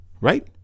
right